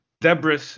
Debris